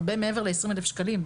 הרבה מעבר ל-20,000 שקלים,